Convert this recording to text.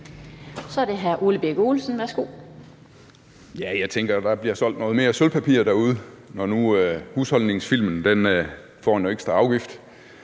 Kl. 20:02 Ole Birk Olesen (LA): Jeg tænker, at der bliver solgt noget mere sølvpapir derude, når nu husholdningsfilmen får en ekstra afgift,